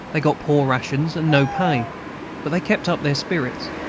they got poor rations, and no pay but they kept up their spirits.